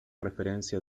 referencia